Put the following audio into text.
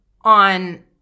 on